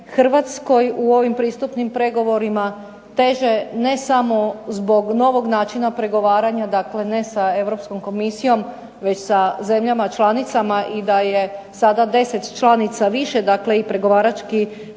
Hrvatskoj u ovim pristupnim pregovorima teže ne samo zbog novog načina pregovaranja. Dakle, ne sa Europskom komisijom, već sa zemljama članicama i da je sada 10 članica više. Dakle i pregovarački proces je